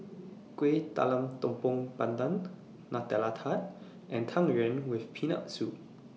Kueh Talam Tepong Pandan Nutella Tart and Tang Yuen with Peanut Soup